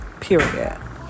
Period